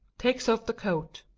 takes off the coat.